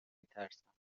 میترسم